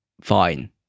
fine